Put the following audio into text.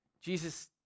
Jesus